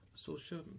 Social